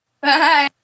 bye